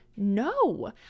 no